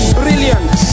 brilliant